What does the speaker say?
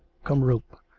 come rope!